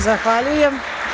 Zahvaljujem.